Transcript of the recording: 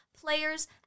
players